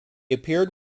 appeared